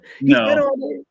no